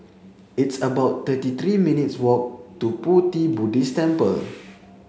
it's about thirty three minutes walk to Pu Ti Buddhist Temple